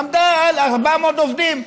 עמדה על 400 עובדים,